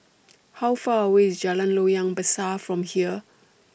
How Far away IS Jalan Loyang Besar from here